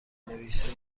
نویسید